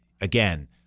again